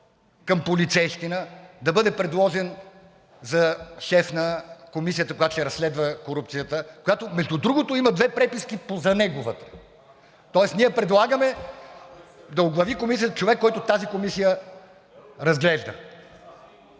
към полицейщина, да бъде предложен за шеф на Комисията, която ще разследва корупцията, която, между другото, има две преписки за неговата, тоест ние предлагаме да оглави Комисията човек, който тази комисия разглежда.